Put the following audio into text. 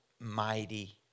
mighty